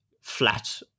flat